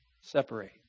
separate